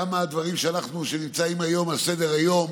גם מהדברים שנמצאים היום על סדר-היום,